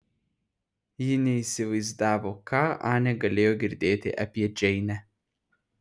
ji neįsivaizdavo ką anė galėjo girdėti apie džeinę